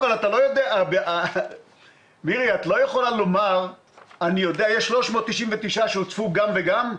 מירי, יש 399 שהוצפו גם וגם,